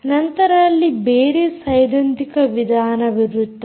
ನಂತರ ಅಲ್ಲಿ ಬೇರೆ ಸೈದ್ಧಾಂತಿಕ ವಿಧಾನವಿರುತ್ತದೆ